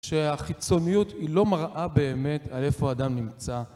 שהחיצוניות היא לא מראה באמת על איפה אדם נמצא